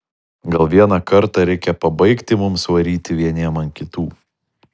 gal vieną kartą reikia pabaigti mums varyti vieniem ant kitų